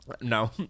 No